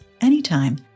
anytime